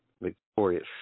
victorious